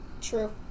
True